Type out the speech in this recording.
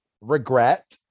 regret